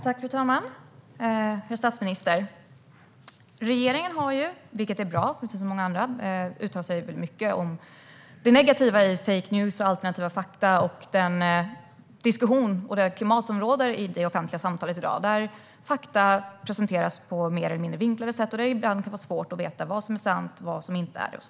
Fru talman! Herr statsminister! Regeringen har, precis som många andra, uttalat sig om det negativa med fake news, alternativa fakta och det diskussionsklimat som råder i det offentliga samtalet i dag, där fakta presenteras på mer eller mindre vinklade sätt och det ibland kan vara svårt att veta vad som är sant och inte.